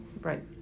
right